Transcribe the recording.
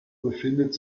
befindet